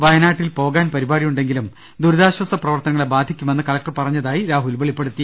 വയനാട്ടിൽ പോകാൻ പരിപാടിയുണ്ടെങ്കിലും ദുരിതാശ്ചാസ പ്രവർത്ത നങ്ങളെ ബാധിക്കുമെന്ന് കലക്ടർ പറഞ്ഞതായി രാഹുൽ വെളിപ്പെടുത്തി